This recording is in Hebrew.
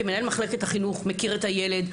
כי מנהל מחלקת החינוך מכיר את הילד,